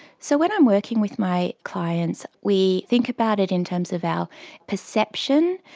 so when i'm working with my clients, we think about it in terms of our perception,